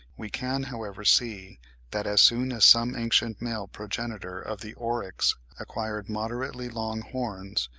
we can however see that, as soon as some ancient male progenitor of the oryx acquired moderately long horns,